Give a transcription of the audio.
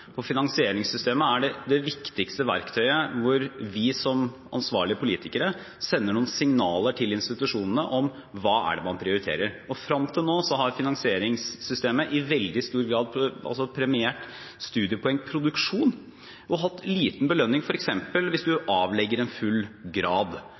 Finansieringssystemet er det viktigste verktøyet hvor vi som ansvarlige politikere sender noen signaler til institusjonene om hva det er man prioriterer. Frem til nå har finansieringssystemet i veldig stor grad premiert studiepoengproduksjon og hatt liten belønning, f.eks. hvis man avlegger en full grad